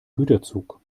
güterzug